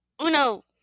Uno